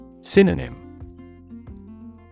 Synonym